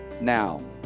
now